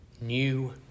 new